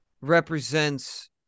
represents